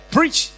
Preach